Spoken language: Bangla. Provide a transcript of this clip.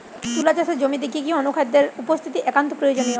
তুলা চাষের জমিতে কি কি অনুখাদ্যের উপস্থিতি একান্ত প্রয়োজনীয়?